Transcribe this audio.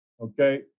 okay